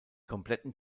kompletten